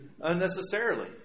unnecessarily